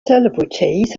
celebrities